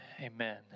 Amen